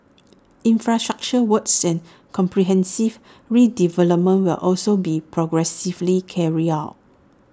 infrastructure works and comprehensive redevelopment will also be progressively carried out